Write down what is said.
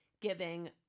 giving